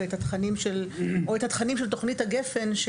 ואת התכנים של תוכנית גפ"ן,